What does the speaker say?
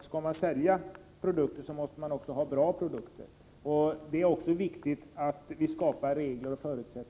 Skall man sälja produkter, måste man naturligtvis också ha bra produkter. Det är viktigt att vi skapar regler för att det är